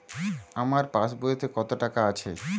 আমার পাসবইতে কত টাকা আছে?